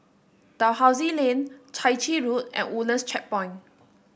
Dalhousie Lane Chai Chee Road and Woodlands Checkpoint